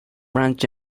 brad